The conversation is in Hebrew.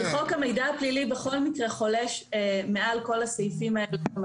חוק המידע הפלילי בכל מקרה חולש מעל כל הסעיפים האלה.